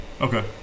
Okay